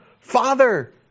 Father